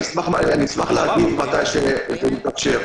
אני אשמח להגיב מתי שזה מתאפשר.